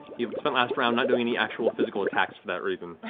he spent last round not doing any actual physical attacks for that reason.